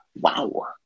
Wow